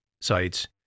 sites